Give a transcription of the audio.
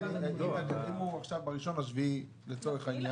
אם הוא עכשיו ב-1 ביולי לצורך העניין